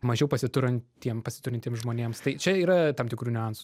mažiau pasiturintiem pasiturintiems žmonėms tai čia yra tam tikrų niuansų